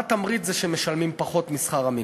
התמריץ הוא שמשלמים פחות משכר המינימום.